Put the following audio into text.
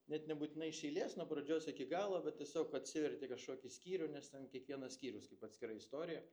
net nebūtinai iš eilės nuo pradžios iki galo bet tiesiog atsiverti kažkokį skyrių nes ten kiekvienas skyrius kaip atskira istorija